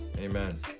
amen